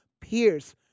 Pierce